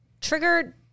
triggered